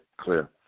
clear